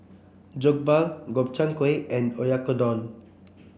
Jokbal Gobchang Gui and Oyakodon